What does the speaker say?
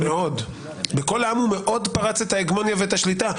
בקול העם הוא פרץ את ההגמוניה ואת השליטה.